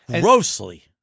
Grossly